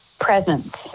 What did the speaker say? presence